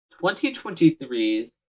2023's